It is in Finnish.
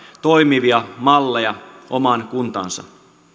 toimivia malleja omaan kuntaansa